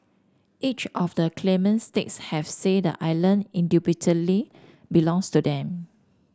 each of the claimant states have say the island indubitably belongs to them